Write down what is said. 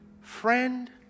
friend